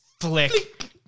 Flick